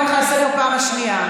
אני קוראת אותך לסדר בפעם השנייה.